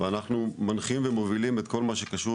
ואנחנו מנחים ומובילים את כל מה שקשור